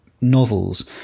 novels